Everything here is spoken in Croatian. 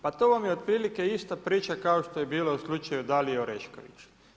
Pa to vam je otprilike ista priča, kao što je bila u slučaju Dalije Orešković.